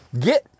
Get